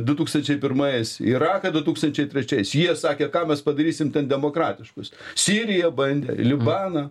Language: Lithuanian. du tūkstančiai pirmais į iraką du tūkstančiai trečiais jie sakė ką mes padarysim demokratiškus siriją bandė libaną